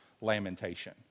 lamentation